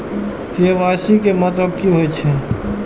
KYC के मतलब कि होई छै?